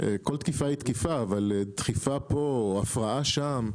כל תקיפה היא תקיפה, אבל דחיפה פה, או הפרעה שם,